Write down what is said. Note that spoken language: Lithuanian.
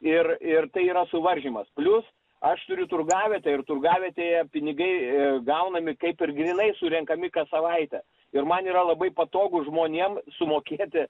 ir ir tai yra suvaržymas plius aš turiu turgavietę ir turgavietėje pinigai gaunami kaip ir grynai surenkami kas savaitę ir man yra labai patogu žmonėm sumokėti